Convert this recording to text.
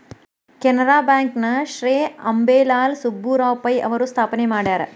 Canara bank ನ ಶ್ರೇ ಅಂಬೇಲಾಲ್ ಸುಬ್ಬರಾವ್ ಪೈ ಅವರು ಸ್ಥಾಪನೆ ಮಾಡ್ಯಾರ